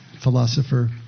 philosopher